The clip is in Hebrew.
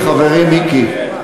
חברי מיקי,